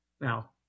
now